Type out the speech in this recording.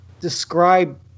describe